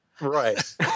Right